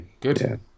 good